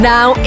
Now